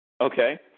Okay